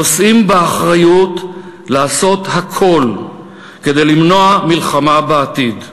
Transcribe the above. נושאים באחריות לעשות הכול כדי למנוע מלחמה בעתיד,